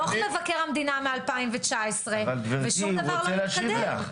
דוח מבקר המדינה מ-2019 ושום דבר לא מתקדם,